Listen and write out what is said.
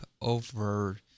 over